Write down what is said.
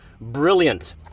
brilliant